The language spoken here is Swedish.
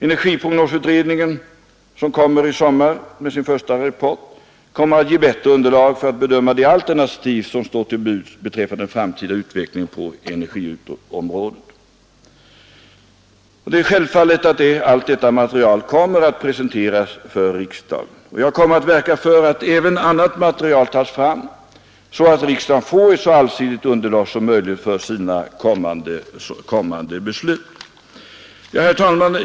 Energiprognosutredningen kommer i sommar att presentera en första rapport, som kommer att ge oss ett bättre underlag för att bedöma de alternativ som står till buds beträffande den framtida utvecklingen på energiområdet. Det är självfallet att allt detta material kommer att presenteras för riksdagen. Jag kommer att verka för att även annat material tas fram, så att riksdagen får ett så allsidigt underlag som möjligt för sina kommande beslut. Herr talman!